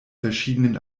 verschiedenen